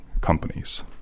companies